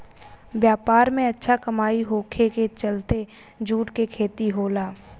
व्यापार में अच्छा कमाई होखे के चलते जूट के खेती होला